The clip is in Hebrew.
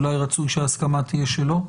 אולי רצוי שההסכמה תהיה שלו?